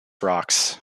rocks